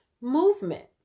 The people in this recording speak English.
movement